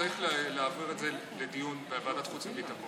שצריך להעביר את זה לדיון בוועדת החוץ והביטחון.